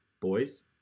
boys